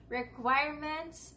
requirements